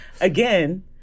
again